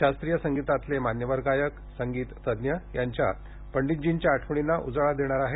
शास्त्रीय संगीतातले मान्यवर गायक संगीत तज्ञ यात पंडितजींच्या आठवर्णींना उजाळा देणार आहेत